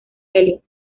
elliott